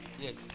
Yes